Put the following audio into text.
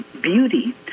beauty